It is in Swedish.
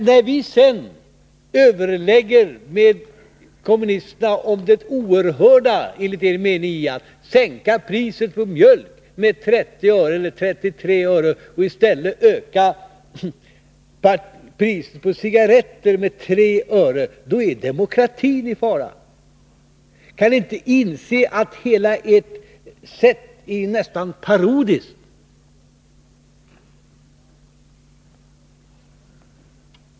När vi sedan överlägger med kommunisterna om det oerhörda, enligt er mening, i att sänka priset på mjölk med 30-33 öre och i stället öka priset på cigaretter med 3 öre, då är demokratin i fara. Kan ni inte inse att hela ert sätt är nästan parodiskt?